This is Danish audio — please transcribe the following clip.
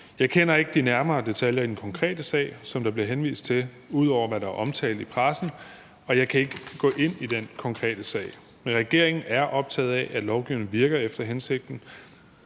Jeg kender ikke de nærmere detaljer i den konkrete sag, som der bliver henvist til, ud over hvad der er omtalt i pressen, og jeg kan ikke gå ind i den konkrete sag. Men regeringen er optaget af, at lovgivningen virker efter hensigten.